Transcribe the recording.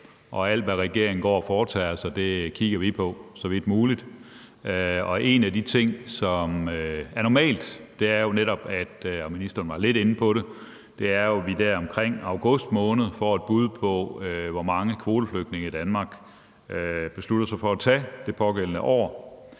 alt, hvad regeringen går og foretager sig, kigger vi på så vidt muligt. Og en af de ting, som er normalt, er jo netop – og ministeren var lidt inde på det – at vi omkring august måned får et bud på, hvor mange kvoteflygtninge Danmark beslutter sig for at tage det pågældende år,